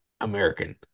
American